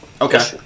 okay